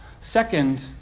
Second